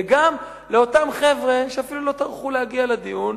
וגם לאותם חבר'ה שאפילו לא טרחו להגיע לדיון.